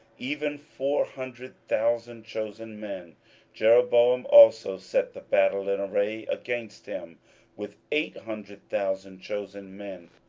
even four hundred thousand chosen men jeroboam also set the battle in array against him with eight hundred thousand chosen men,